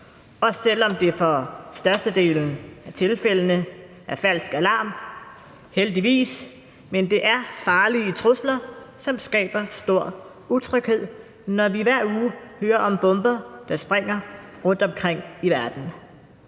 også selv om det for størstedelen af tilfældene er falsk alarm, heldigvis. Det er farlige trusler, som skaber stor utryghed, når vi hver uge hører om bomber, der springer rundtomkring i verden.